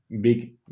big